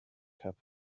cup